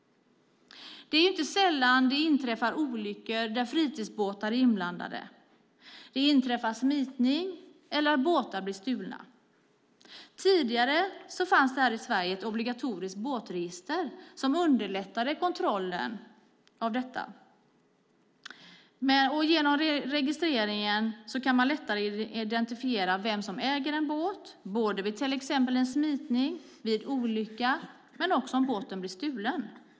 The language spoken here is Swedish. Det är inte sällan det inträffar olyckor där fritidsbåtar är inblandade. Det inträffar smitningar eller att båtar blir stulna. Tidigare fanns i Sverige ett obligatoriskt båtregister som underlättade kontrollen. Genom registreringen kan man lättare identifiera vem som äger en båt vid till exempel en smitning, en olycka eller om båten blir stulen.